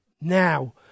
Now